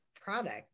product